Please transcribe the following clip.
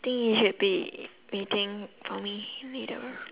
think you should be waiting for me later